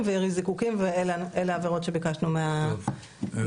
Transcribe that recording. וירי זיקוקים ואלה העבירות שביקשנו מהמשטרה.